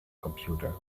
computer